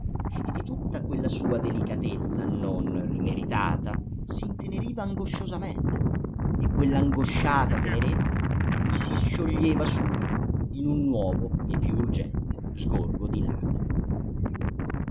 e di tutta quella sua delicatezza non rimeritata s'inteneriva angosciosamente e quell'angosciata tenerezza gli si scioglieva subito in un nuovo e più urgente sgorgo